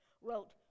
wrote